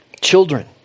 Children